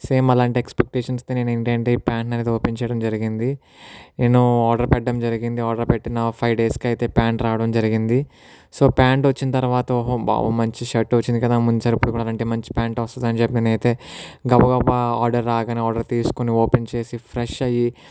same అలాంటి ఎక్స్పెంటేషన్స్తోనే నేను ఏంటంటే ఈ ప్యాంట్ను అనేది ఓపెన్ చేయడం జరిగింది నేను ఆర్డర్ పెట్టడం జరిగింది ఆర్డర్ పెట్టిన ఫైవ్ డేస్కి అయితే ప్యాంట్ రావడం జరిగింది సో ప్యాంట్ వచ్చిన తరువాత ఓహో మంచి షర్టు వచ్చింది కదా ముందు సరిపడాలంటే మంచి ప్యాంటు వస్తుందని చెప్పి నేను అయితే గబగబా ఆర్డర్ రాగానే నేను ఆర్డర్ తీసుకొని ఓపెన్ చేసి ఫ్రెష్ అయ్యి